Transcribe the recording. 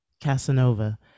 Casanova